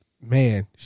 man